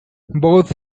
both